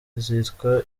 zitwa